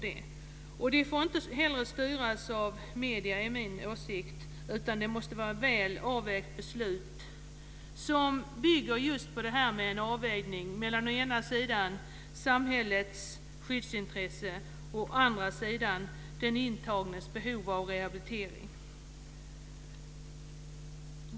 Vi får enligt min åsikt inte heller styras av medier, utan det måste fattas väl avvägda beslut som bygger på en balans mellan å ena sidan samhällets skyddsintresse och å andra sidan den intagnes behov av rehabilitering.